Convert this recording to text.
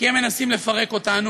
כי הם מנסים לפרק אותנו,